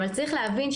אבל צריך להבין,